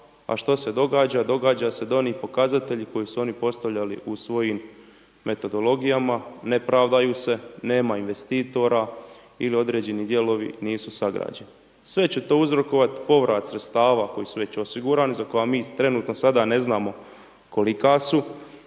A što se događa? Događa se da oni pokazatelji koje su oni postavljali u svojim metodologijama ne pravdaju se, nema investitora ili određeni dijelovi nisu sagrađeni. Sve će to uzrokovati povrat sredstava koji su već osigurani, za koja mi trenutno sada ne znamo kolika su.